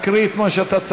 ותקריא את מה שאתה צריך,